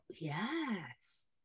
yes